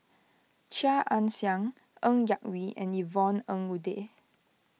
Chia Ann Siang Ng Yak Whee and Yvonne Ng Uhde